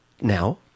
now